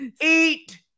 eat